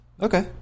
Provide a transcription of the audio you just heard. Okay